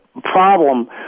problem